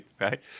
right